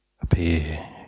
appear